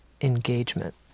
engagement